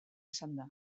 esanda